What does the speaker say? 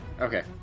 Okay